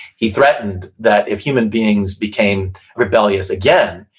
he threatened that if human beings became rebellious again,